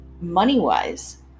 money-wise